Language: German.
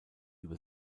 über